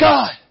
God